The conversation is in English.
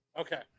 Okay